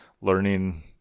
learning